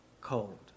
cold